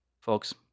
Folks